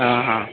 ହଁ ହଁ